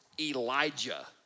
Elijah